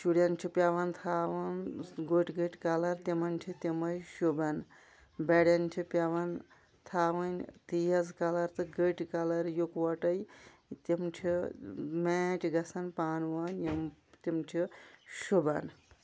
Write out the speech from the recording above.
شُرٮ۪ن چھِ پٮ۪وان تھَاوُن گٔٹۍ گٔٹۍ کَلَر تِمَن چھِ تِمَے شوٗبان بَڈٮ۪ن چھِ پٮ۪وان تھَوٕنۍ تیز کَلَر تہٕ گٔٹۍ کَلَر یِکوَٹَیٚے تِم چھِ میچ گَژھان پانہٕ ؤنۍ یِم تِم چھِ شُوبان